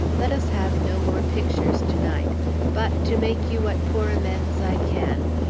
let us have no more pictures to-night but, to make you what poor amends i can,